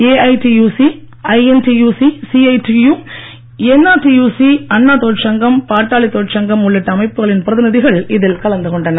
AITUC INTUC CITU NRTUC Anna தொழிற்சங்கம் பாட்டாளி தொழிற்சங்கம் உள்ளிட்ட அமைப்புகளின் பிரதிநிதிகள் இதில் கலந்து கொண்டனர்